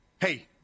Hey